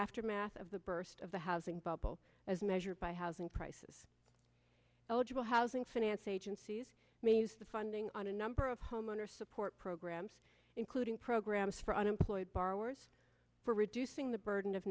aftermath of the burst of the housing bubble as measured by housing prices eligible housing finance agencies may use the funding on a number of homeowner support programs including programs for unemployed borrowers for reducing the burden of